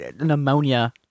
pneumonia